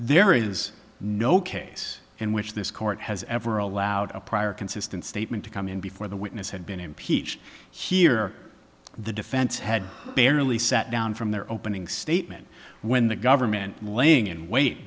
there is no case in which this court has ever allowed a prior consistent statement to come in before the witness had been impeached here the defense had barely sat down from their opening statement when the government laying in w